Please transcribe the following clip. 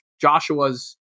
Joshua's